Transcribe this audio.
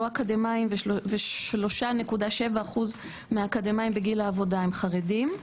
אקדמאים ו-3.7% מהאקדמאים בגיל העבודה הם חרדים.